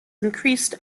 increased